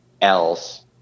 else